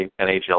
NHL